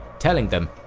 telling them,